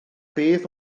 beth